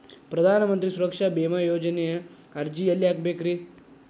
ಪ್ರಧಾನ ಮಂತ್ರಿ ಸುರಕ್ಷಾ ಭೇಮಾ ಯೋಜನೆ ಅರ್ಜಿ ಎಲ್ಲಿ ಹಾಕಬೇಕ್ರಿ?